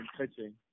pitching